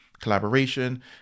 collaboration